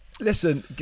Listen